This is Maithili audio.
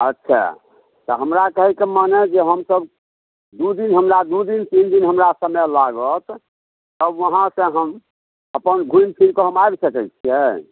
अच्छा तऽ हमरा कहैके माने जे हम सब दू दिन हमरा दू दिन तीन दिन हमरा समय लागत तब वहाँसँ हम अपन घुमि फिरिकऽ हम आबि सकै छियै